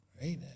Right